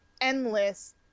endless